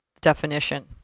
definition